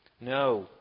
No